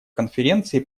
конференции